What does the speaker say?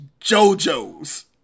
JoJo's